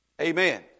Amen